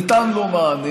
ניתן לו מענה.